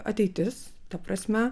ateitis ta prasme